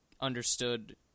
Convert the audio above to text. understood